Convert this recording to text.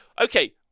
Okay